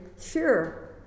sure